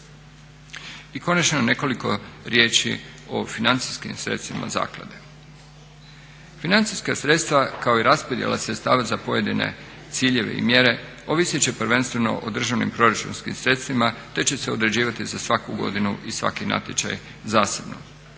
I konačno nekoliko riječi o financijskim sredstvima zaklade. Financijska sredstva kao i raspodjela sredstava za pojedine ciljeve i mjere ovisit će prvenstveno o državnim proračunskim sredstvima te će se određivati za svaku godinu i svaki natječaj zasebno.